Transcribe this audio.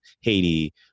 Haiti